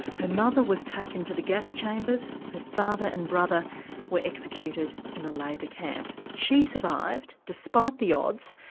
her mother was taken to the gas chambers, her father and brother were executed in a labour camp. she survived, despite the odds,